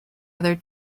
other